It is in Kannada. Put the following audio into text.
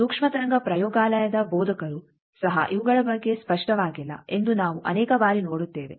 ಸೂಕ್ಷ್ಮ ತರಂಗ ಪ್ರಯೋಗಾಲಯದ ಭೋಧಕರು ಸಹ ಇವುಗಳ ಬಗ್ಗೆ ಸ್ಪಷ್ಟವಾಗಿಲ್ಲ ಎಂದು ನಾವು ಅನೇಕ ಬಾರಿ ನೋಡುತ್ತೇವೆ